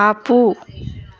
ఆపు